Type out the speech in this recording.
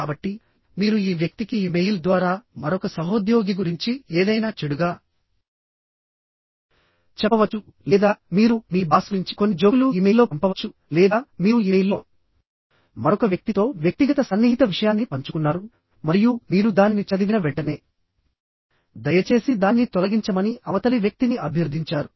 కాబట్టి మీరు ఈ వ్యక్తికి ఇమెయిల్ ద్వారా మరొక సహోద్యోగి గురించి ఏదైనా చెడుగా చెప్పవచ్చు లేదా మీరు మీ బాస్ గురించి కొన్ని జోకులు ఇమెయిల్లో పంపవచ్చు లేదా మీరు ఇమెయిల్లో మరొక వ్యక్తితో వ్యక్తిగత సన్నిహిత విషయాన్ని పంచుకున్నారు మరియు మీరు దానిని చదివిన వెంటనే దయచేసి దాన్ని తొలగించమని అవతలి వ్యక్తిని అభ్యర్థించారు